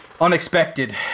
unexpected